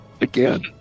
Again